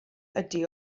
ydi